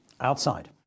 Outside